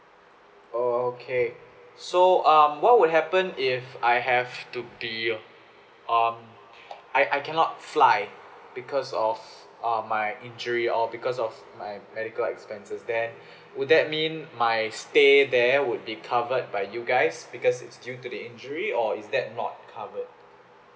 oh okay so um what will happen if I have to be um I I cannot fly because of uh my injury or because of my medical expenses there would that mean my stay there would be covered by you guys because it's due to the injury or is that not covered